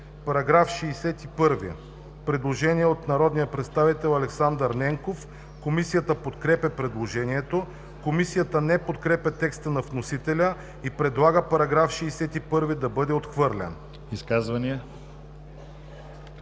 По § 61 – предложение от народния представител Александър Ненков. Комисията подкрепя предложението. Комисията не подкрепя текста на вносителя и предлага § 61 да бъде отхвърлен. ПРЕДСЕДАТЕЛ